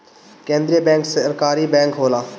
केंद्रीय बैंक सरकारी बैंक होला